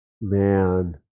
Man